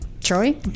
troy